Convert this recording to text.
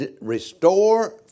restore